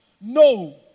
No